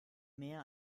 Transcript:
mehr